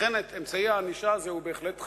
לכן אמצעי הענישה הזה הוא בהחלט חשוב,